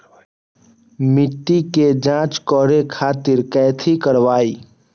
मिट्टी के जाँच करे खातिर कैथी करवाई?